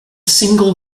single